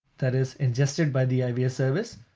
that is ingested by the ivs service,